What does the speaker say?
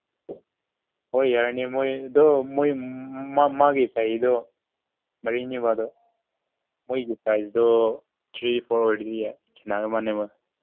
ꯍꯣꯏ ꯌꯥꯏꯅꯦ ꯃꯣꯏꯗꯨ ꯃꯣꯏ ꯃꯥꯒꯤ ꯆꯍꯤꯗꯨ ꯃꯔꯤꯅꯤꯕ ꯑꯗꯨ ꯃꯣꯏꯒꯤ ꯁꯥꯏꯁꯇꯨ ꯊ꯭ꯔꯤ ꯐꯣꯔ ꯑꯣꯏꯕꯗꯤ ꯌꯥꯏ ꯈꯦꯠꯅꯔꯝꯒꯅꯤꯕ